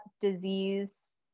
disease